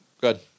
Good